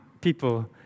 people